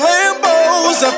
Lambos